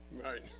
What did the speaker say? Right